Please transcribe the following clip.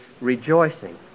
rejoicing